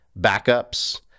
backups